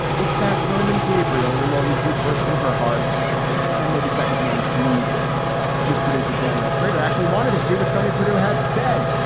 it's that roman gabriel will always be first in her heart and then maybe second norms need just. producer daniel schrader actually wanted to see what sonny perdue had to say.